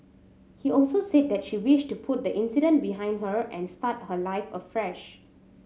he also said that she wished to put the incident behind her and start her life afresh